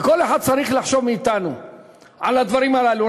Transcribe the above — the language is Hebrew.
וכל אחד מאתנו צריך לחשוב על הדברים הללו.